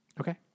Okay